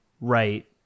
right